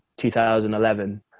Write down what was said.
2011